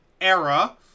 era